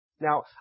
Now